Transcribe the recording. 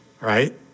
right